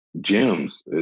gems